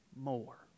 more